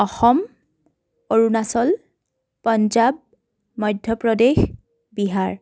Assam Arunachal Punjab Madhya Pradesh Bihar